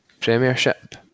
premiership